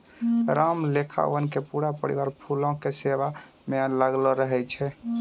रामखेलावन के पूरा परिवार फूलो के सेवा म लागलो रहै छै